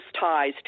ties